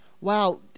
Wow